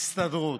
הסתדרות.